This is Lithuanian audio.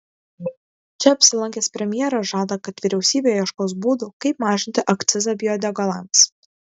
čia apsilankęs premjeras žada kad vyriausybė ieškos būdų kaip mažinti akcizą biodegalams